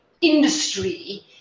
industry